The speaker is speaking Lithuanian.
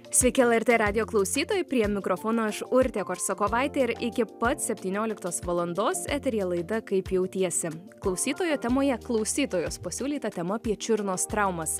sveiki lrt radijo klausytojai prie mikrofono aš urtė korsakovaitė ir iki pat septynioliktos valandos eteryje laida kaip jautiesi klausytojo temoje klausytojos pasiūlyta tema apie čiurnos traumas